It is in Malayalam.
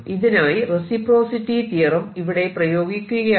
ഇതിനായി റെസിപ്രോസിറ്റി തിയറം ഇവിടെ പ്രയോഗിക്കുകയാണ്